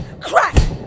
Crack